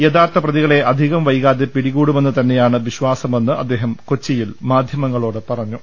യഥാർത്ഥ പ്രതികളെ അധികംവൈകാതെ പിടികൂടുമെന്നുതന്നെയാണ് വിശ്വാസമെന്ന് അദ്ദേഹം കൊച്ചിയിൽ മാധ്യമങ്ങളോട് പറഞ്ഞു